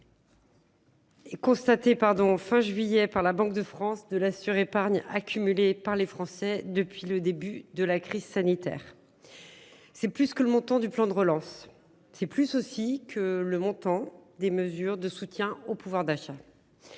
Et constaté pardon fin juillet par la Banque de France de l'épargne accumulée par les Français depuis le début de la crise sanitaire. C'est plus que le montant du plan de relance. C'est plus aussi que le montant des mesures de soutien au pouvoir d'achat.